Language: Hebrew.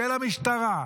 של המשטרה,